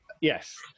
Yes